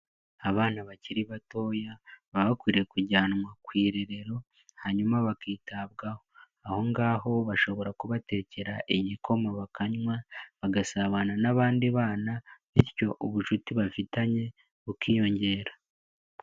Abana bakiri batoya baba bakwiriye kujyanwa ku irerero hanyuma bakitabwaho. Aho ngaho bashobora kubatekera igikoma bakanywa bagasabana n'abandi bana bityo ubucuti bafitanye bukiyongera.